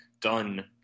done